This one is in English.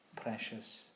precious